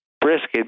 brisket